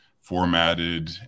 formatted